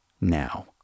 now